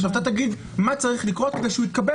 עכשיו אתה תגיד מה צריך לקרות כדי שהוא יתקבל